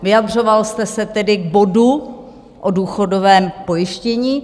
Vyjadřoval jste se tedy k bodu o důchodovém pojištění.